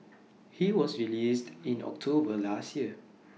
he was released in October last year